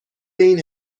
این